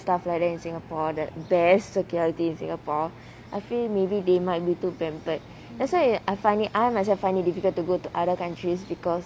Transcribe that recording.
stuff like that in singapore the best security in singapore I feel maybe they might be too pampered that's why I find it I myself find it difficult to go to other countries because